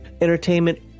entertainment